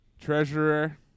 treasurer